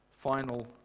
Final